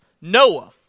Noah